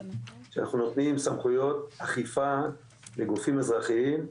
שאנחנו נותנים סמכויות אכיפה לגופים אזרחיים,